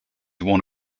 one